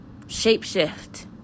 Shapeshift